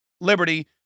liberty